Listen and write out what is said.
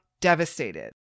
devastated